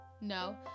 no